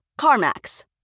CarMax